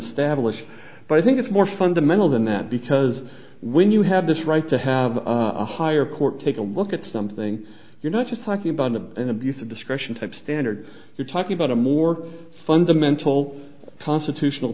established but i think it's more fundamental than that because when you have this right to have a higher court take a look at something you're not just talking about i'm an abuse of discretion type standard you're talking about a more fundamental constitutional